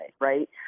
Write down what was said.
right